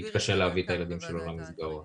יתקשה להביא את הילדים שלו למסגרות.